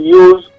use